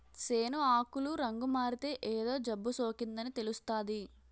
సేను ఆకులు రంగుమారితే ఏదో జబ్బుసోకిందని తెలుస్తాది